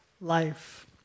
life